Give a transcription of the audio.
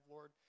Lord